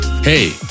Hey